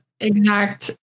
exact